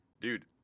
dude